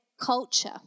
culture